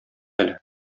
әле